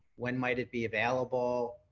when might it be available?